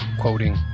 quoting